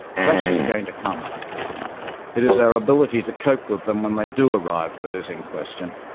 crashes are going to come it is our ability to cope with them when they do arrive that is in question.